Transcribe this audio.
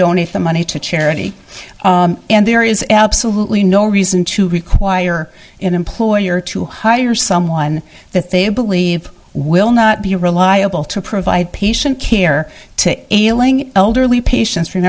donate the money to charity and there is absolutely no reason to require an employer to hire someone that they believe will not be reliable to provide patient care to ailing elderly patien